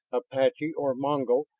apache or mongol,